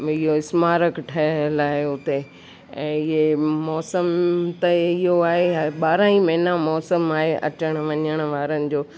इहो स्मारक ठहियल आहे हुते ऐं इहे मौसम त इहो आहे ॿारहं ई महिना मौसम आहे अचणु वञणु वारनि जो